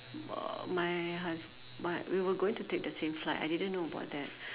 uh my hus~ my we were going to take the same flight I didn't know about that